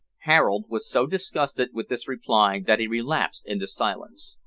harold was so disgusted with this reply that he relapsed into silence.